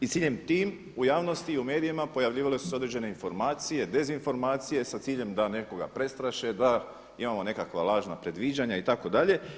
I ciljem tim u javnosti i u medijima pojavljivale su se određene informacije, dezinformacije sa ciljem da nekoga prestraše, da imamo nekakva lažna predviđanja itd.